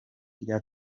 rya